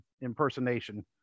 impersonation